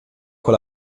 con